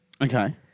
Okay